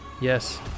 Yes